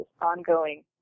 ongoing